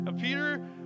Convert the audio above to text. Peter